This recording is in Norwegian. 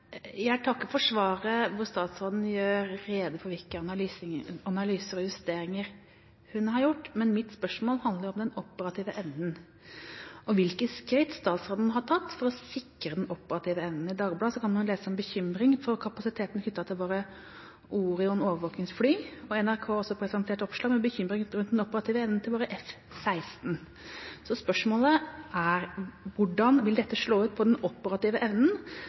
Jeg takker for svaret, hvor statsråden gjør rede for hvilke analyser og justeringer hun har gjort. Men mitt spørsmål handler om den operative evnen og hvilke skritt statsråden har tatt for å sikre den operative evnen. I Dagbladet kan man lese om bekymring for kapasiteten knyttet til våre Orion overvåkningsfly, og NRK har også presentert oppslag med bekymring knyttet til den operative evnen til våre F-16. Spørsmålet er: Hvordan vil dette slå ut på den operative evnen?